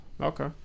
okay